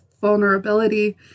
vulnerability